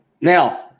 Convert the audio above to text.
Now